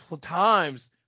times